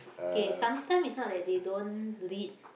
K some time it's not that they don't read